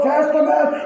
Testament